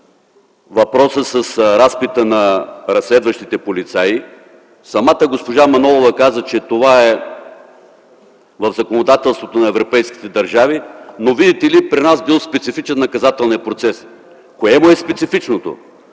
въпросът с разпита на разследващите полицаи. Самата госпожа Манолова каза, че това е в законодателството на европейските държави, но, виждате ли, при нас бил специфичен наказателният процес. Кое му е специфичното?